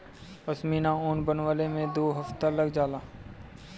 पश्मीना ऊन बनवले में दू हफ्ता लग जाला